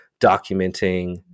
documenting